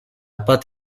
pâte